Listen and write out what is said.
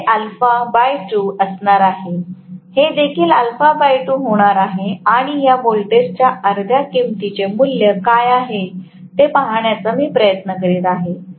तर हे α 2 असणार आहे हे देखील α 2 होणार आहे आणि या व्होल्टेजच्या अर्ध्या किंमतीचे मूल्य काय आहे ते पहाण्याचा मी प्रयत्न करीत आहे